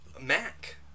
Mac